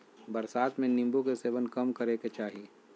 बरसात में नीम्बू के सेवन कम करे के चाही